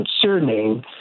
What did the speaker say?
concerning